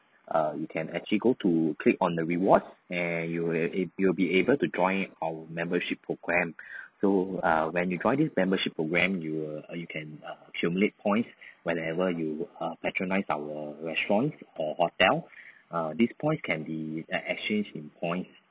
err you can actually go to click on the rewards and you will ab~ you will be able to join our membership program so uh when you joined this membership program you will err you can err accumulate points whenever you patronize our restaurants err hotel err these points can be ex~ exchanged in coins